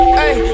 hey